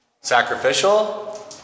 sacrificial